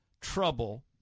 trouble